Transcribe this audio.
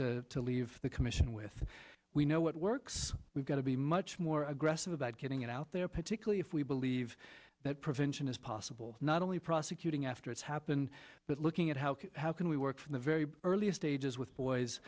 live to leave the commission with we know what works we've got to be much more aggressive about getting it out there particularly if we believe that prevention is possible not only prosecuting after it's happened but looking at how how can we work from the very earliest ages with boys